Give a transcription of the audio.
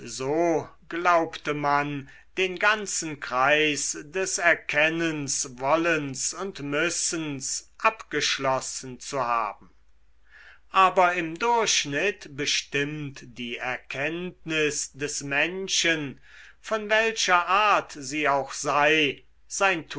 so glaubte man den ganzen kreis des erkennens wollens und müssens abgeschlossen zu haben aber im durchschnitt bestimmt die erkenntnis des menschen von welcher art sie auch sei